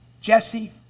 Jesse